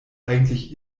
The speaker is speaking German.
eigentlich